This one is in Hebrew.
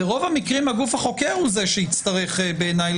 ברוב המקרים הגוף החוקר הוא זה שיצטרך בעיניי